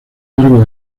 largo